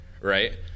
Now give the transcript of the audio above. right